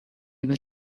able